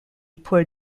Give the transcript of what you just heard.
pour